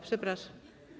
Przepraszam.